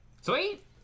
Sweet